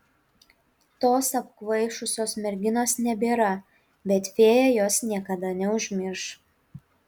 tos apkvaišusios merginos nebėra bet fėja jos niekada neužmirš